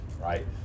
right